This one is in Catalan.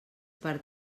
per